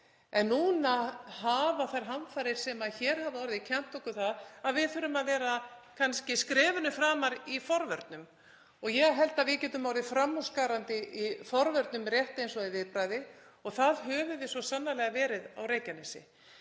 En núna hafa þær hamfarir sem hér hafa orðið kennt okkur það að við þurfum að vera kannski skrefinu framar í forvörnum. Ég held að við gætum orðið framúrskarandi í forvörnum rétt eins og í viðbragði og það höfum við svo sannarlega verið á Reykjanesi.